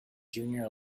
junior